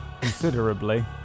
considerably